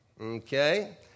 Okay